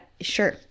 Sure